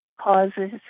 causes